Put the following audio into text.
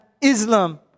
Islam